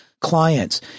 clients